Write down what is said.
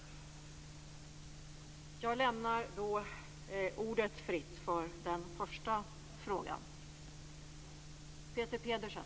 Jag lämnar ordet fritt för den första frågan.